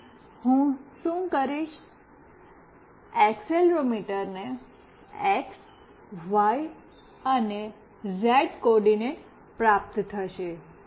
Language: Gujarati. તેથી હું શું કરીશ એક્સેલરોમીટરને એક્સવાય એન્ડ ઝેડ કોઓર્ડિનેટ્સ પ્રાપ્ત થશે